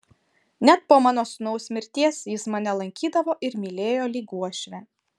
net po mano sūnaus mirties jis mane lankydavo ir mylėjo lyg uošvę